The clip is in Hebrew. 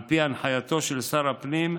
על פי הנחייתו של שר הפנים,